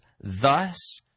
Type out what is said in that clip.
thus